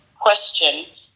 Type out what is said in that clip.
question